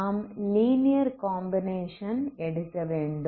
நாம் linear combination எடுக்க வேண்டும்